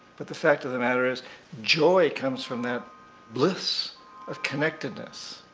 but the fact of the matter is joy comes from that bliss of connectedness.